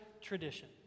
tradition